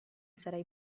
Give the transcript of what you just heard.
sarai